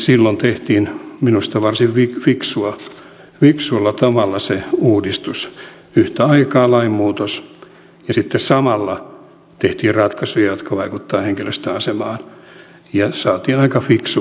silloin tehtiin minusta varsin fiksulla tavalla se uudistus yhtä aikaa tehtiin lainmuutos ja sitten samalla ratkaisuja jotka vaikuttavat henkilöstön asemaan ja saatiin aika fiksu kokonaisuus